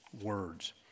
words